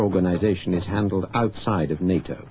organization is handled outside of nato